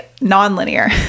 non-linear